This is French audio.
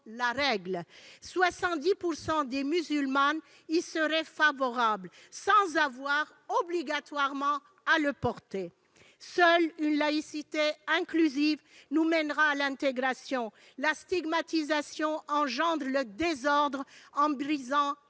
la règle : 70 % des musulmanes y seraient favorables, ... Mais bien sûr !... sans avoir obligatoirement à le porter. Seule une laïcité inclusive nous mènera à l'intégration. La stigmatisation engendre le désordre en brisant